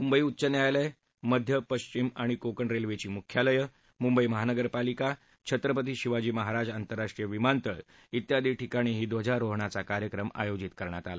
मुंबई उच्च न्यायालय मध्य पश्चिम आणि कोकण रेल्वेची मुख्यालयं मुंबई महानगरपालिका छत्रपती शिवाजी महाराज आंतरराष्ट्रीय विमानतळ त्यादी ठिकाणीही ध्वजारोहणचा कार्यक्रम आयोजित करण्यात आला